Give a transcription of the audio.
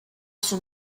son